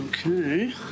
Okay